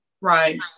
Right